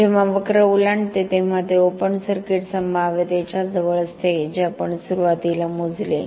जेव्हा वक्र ओलांडते तेव्हा ते ओपन सर्किट संभाव्यतेच्या जवळ असते जे आपण सुरुवातीला मोजले